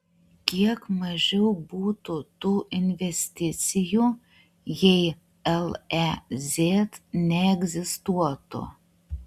kiek mažiau būtų tų investicijų jei lez neegzistuotų